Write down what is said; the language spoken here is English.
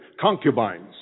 concubines